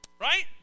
Right